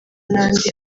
n’andi